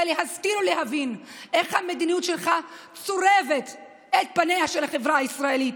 צא להשכיל ולהבין איך המדיניות שלך צורבת את פניה של החברה הישראלית.